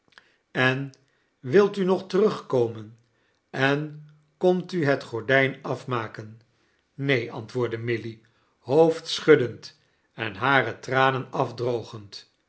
en wilt u nog terugkomen en komt u het gorddjni afmakeai neen antwoordde milly hoofdschuddend en hare tranen afdrogend